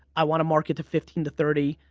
i want to market to fifteen to thirty.